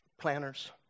Planners